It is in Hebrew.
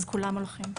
אז כולם הולכים.